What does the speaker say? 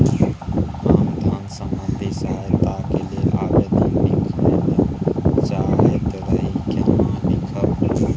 हम धन संबंधी सहायता के लैल आवेदन लिखय ल चाहैत रही केना लिखब?